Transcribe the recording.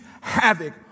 havoc